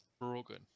broken